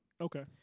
Okay